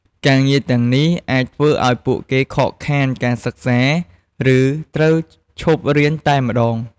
ការងារទាំងនេះអាចធ្វើឲ្យពួកគេខកខានការសិក្សា ឬត្រូវឈប់រៀនតែម្តង។